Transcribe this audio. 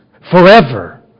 forever